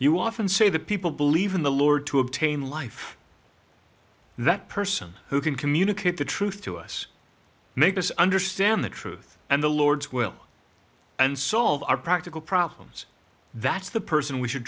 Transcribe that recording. you often say that people believe in the lord to obtain life that person who can communicate the truth to us make us understand the truth and the lord's will and solve our practical problems that's the person we should